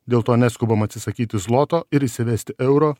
dėl to neskubame atsisakyti zloto ir įsivesti euro